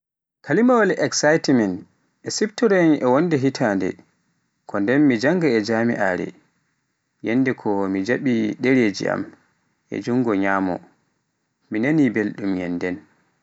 kalimaawaal excitement e siftoroyaam e wonde hitande ko dem mi jannga e jam'iare, yannde ko mi jaɓi ɗereji am e jungo nyamo, mi nani belɗum yanndem.